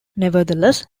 nevertheless